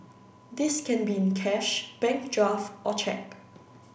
this can be in cash bank draft or cheque